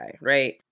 right